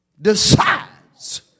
decides